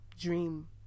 dream